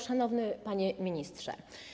Szanowny Panie Ministrze!